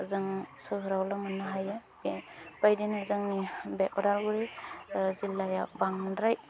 जों सोहोरावल' मोननो हायो बेबायदिनो जोंनि बे उदालगुरि जिल्लायाव बांद्राय